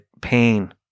pain